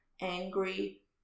angry